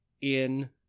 in-